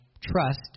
trust